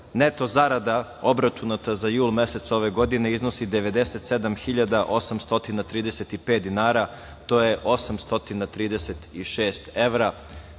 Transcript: neto zarada obračunata za jul mesec ove godine iznosi 97.835 dinara. To je 836 evra. Tokom